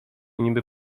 niby